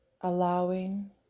allowing